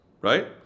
right